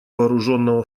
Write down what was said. вооруженного